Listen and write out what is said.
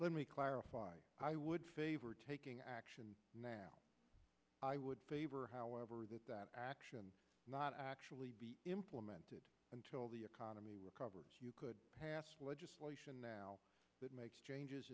let me clarify i would favor taking action now i would favor however that that action not actually be implemented until the economy recovers you could pass legislation now that makes changes